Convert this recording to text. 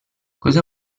cosa